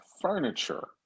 furniture